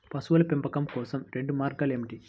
పశువుల పెంపకం కోసం రెండు మార్గాలు ఏమిటీ?